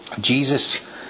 Jesus